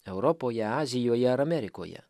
europoje azijoje ar amerikoje